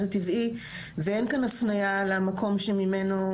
הטבעי ואין כאן הפניה למקום שממנו,